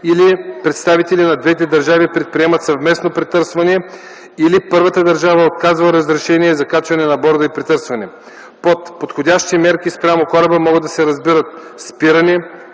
или представители на двете държави предприемат съвместно претърсване, или първата държава отказва разрешение за качване на борда и претърсване. Под „подходящи мерки” спрямо кораба, могат да разбират: спиране,